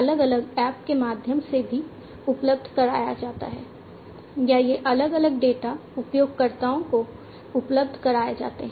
अलग अलग ऐप के माध्यम से भी उपलब्ध कराया जाता है या ये अलग अलग डेटा उपयोगकर्ताओं को उपलब्ध कराए जाते हैं